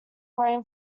grain